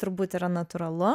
turbūt yra natūralu